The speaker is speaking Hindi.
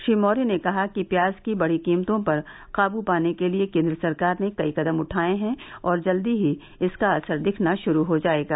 श्री मौर्य ने कहा कि प्याज की बढ़ी कीमतों पर काबू पाने के लिए केंद्र सरकार ने कई कदम उठाए हैं और जल्द ही इसका असर दिखना शुरू हो जाएगा